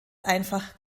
einfach